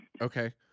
okay